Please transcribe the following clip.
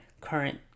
current